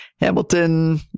Hamilton